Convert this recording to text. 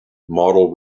model